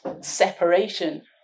separation